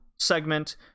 segment